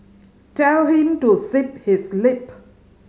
tell him to zip his lip